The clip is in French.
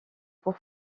pour